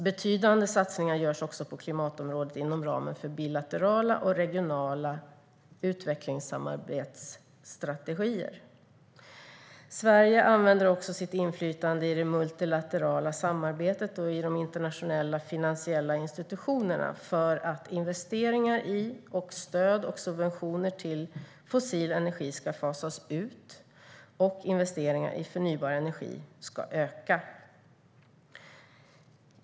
Betydande satsningar görs också på klimatområdet inom ramen för bilaterala och regionala utvecklingssamarbetsstrategier. Sverige använder också sitt inflytande i det multilaterala samarbetet och i de internationella finansiella institutionerna för att investeringar i och stöd och subventioner till fossil energi ska fasas ut och att investeringar i förnybar energi ska öka.